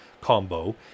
combo